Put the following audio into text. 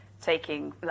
taking